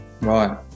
Right